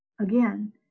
again